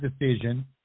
decision